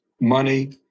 money